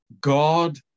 God